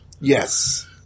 Yes